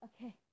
okay